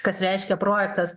kas reiškia projektas